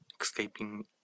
Escaping